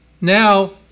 Now